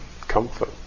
comfort